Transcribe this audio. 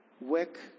work